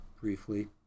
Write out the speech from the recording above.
briefly